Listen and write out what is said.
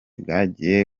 bwagiye